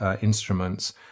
instruments